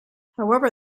however